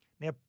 Now